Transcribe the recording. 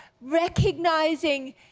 recognizing